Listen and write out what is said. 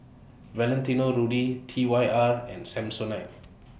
Valentino Rudy T Y R and Samsonite